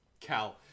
Cal